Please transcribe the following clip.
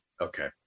okay